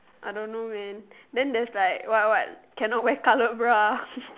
I don't know man then there's like what what cannot wear colored bra